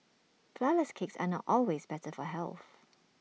Flourless Cakes are not always better for health